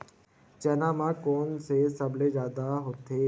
चना म कोन से सबले जादा होथे?